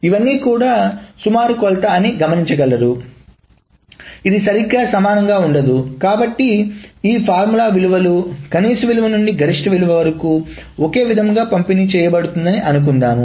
ఇవన్నీ కూడా సుమారు కొలత అని గమనించగలరు ఇది సరిగ్గా సమానంగా ఉండదు కాబట్టి ఈ ఫార్ములా విలువలు కనీస విలువ నుండి గరిష్ట విలువ వరకు ఒకే విధంగా పంపిణీ చేయబడుతుందని అనుకుందాము